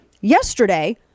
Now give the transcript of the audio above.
yesterday